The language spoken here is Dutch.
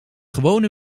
gewone